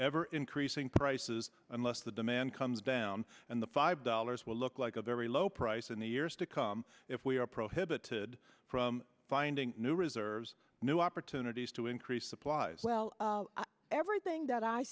ever increasing prices unless the demand comes down and the five dollars will look like a very low price in the years to come if we are prohibited from finding new reserves new opportunities to increase supplies well everything that i